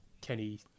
kenny